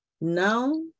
now